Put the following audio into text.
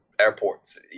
airports